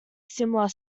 similar